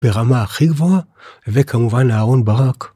ברמה הכי גבוהה, וכמובן אהרון ברק.